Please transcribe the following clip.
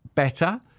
better